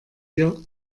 hier